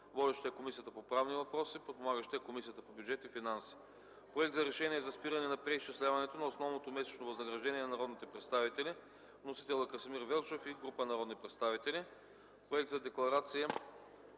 Водеща е Комисията по правни въпроси. Подпомагаща е Комисията по бюджет и финанси. - Проект за решение за спиране на преизчисляването на основното месечно възнаграждение на народните представители. Вносител е народният представител Красимир Велчев и група народни представители. - Проект за декларация